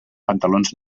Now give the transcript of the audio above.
pantalons